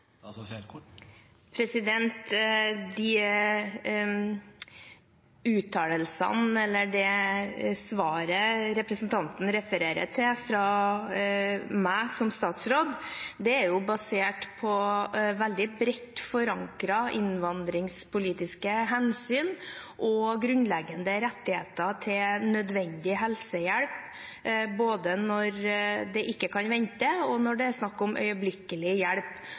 De uttalelsene, eller det svaret som representanten refererer til fra meg som statsråd, er jo basert på veldig bredt forankret innvandringspolitiske hensyn og grunnleggende rettigheter til nødvendig helsehjelp både når det ikke kan vente, og når det er snakk om øyeblikkelig hjelp.